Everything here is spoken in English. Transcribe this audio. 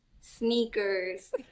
sneakers